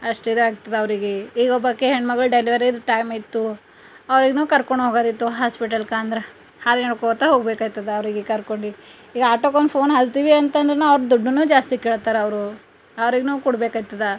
ಅಷ್ಟು ಇದಾಗ್ತದೆ ಅವರಿಗೆ ಈಗ ಒಬ್ಬಾಕಿ ಹೆಣ್ಮಗಳು ಡೆಲ್ವರಿದು ಟೈಮ್ ಇತ್ತು ಅವ್ರಿಗೆ ನಾವು ಕರ್ಕೊಂಡೋಗೋದಿತ್ತು ಹಾಸ್ಪಿಟಲ್ಗ ಅಂದ್ರೆ ಹಾದಿನೊಡ್ಕೋತ್ತ ಹೋಗಬೇಕಾಯ್ತದ ಅವ್ರಿಗೆ ಕರ್ಕೊಂಡು ಈಗ ಆಟೋಕೊಂದು ಫೋನ್ ಹಚ್ತೀವಿ ಅಂತಂದ್ರು ಅವ್ರು ದುಡ್ಡುನೂ ಜಾಸ್ತಿ ಕೇಳ್ತಾರ ಅವರು ಅವ್ರಿಗೆ ನಾವು ಕೊಡಬೇಕಾಯ್ತದ